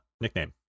nickname